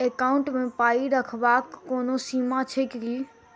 Account मे पाई रखबाक कोनो सीमा छैक की?